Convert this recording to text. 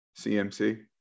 CMC